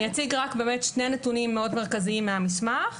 אציג רק שני נתונים מאוד מרכזיים מהמסמך.